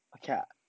okay lah